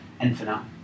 infinite